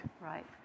Right